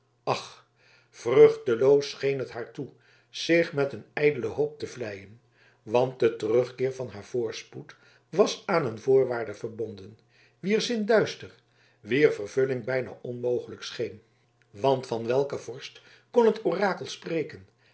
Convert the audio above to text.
ach vruchteloos scheen het haar toe zich met een ijdele hoop te vleien want de terugkeer van haar voorspoed was aan een voorwaarde verbonden wier zin duister wier vervulling bijna onmogelijk scheen want van welken vorst kon het orakel spreken